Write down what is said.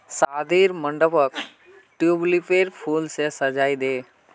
शादीर मंडपक ट्यूलिपेर फूल स सजइ दे